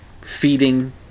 feeding